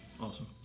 Awesome